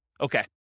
Okay